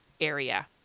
area